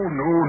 no